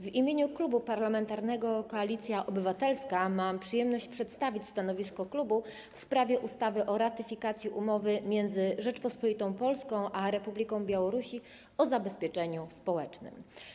W imieniu Klubu Parlamentarnego Koalicja Obywatelska mam przyjemność przedstawić stanowisko klubu w sprawie ustawy o ratyfikacji umowy między Rzecząpospolitą Polską a Republiką Białorusi o zabezpieczeniu społecznym.